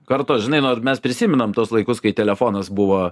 kartos žinai nu mes prisimenam tuos laikus kai telefonas buvo